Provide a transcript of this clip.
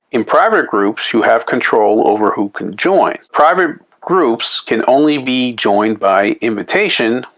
in private groups you have control over who can join. private groups can only be joined by invitation,